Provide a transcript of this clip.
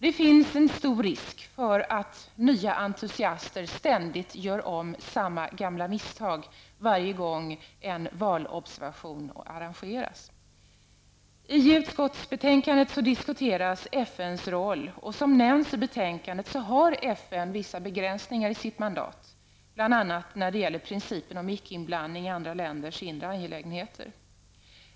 Det finns en stor risk för att nya entusiaster ständigt gör om samma gamla misstag varje gång en valobservation arrangeras. I utskottsbetänkandet diskuteras FNs roll. Som nämns i betänkandet har FN vissa begränsningar i sitt mandat, bl.a. när det gäller principen om ickeinblandning i andra länders inre angelägenheter.